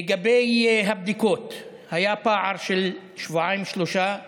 לגבי הבדיקות היה פער של שבועיים-שלושה,